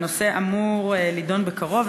והנושא אמור להידון בקרוב,